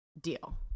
deal